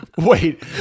Wait